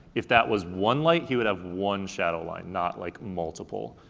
if that was one light, he would have one shadow line, not like multiple.